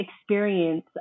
experience